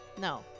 No